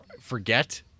forget